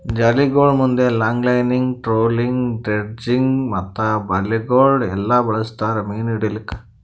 ಜಾಲಿಗೊಳ್ ಮುಂದ್ longlining, trawling, dredging ಮತ್ತ ಬಲೆಗೊಳ್ ಎಲ್ಲಾ ಬಳಸ್ತಾರ್ ಮೀನು ಹಿಡಿಲುಕ್